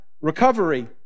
recovery